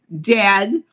dead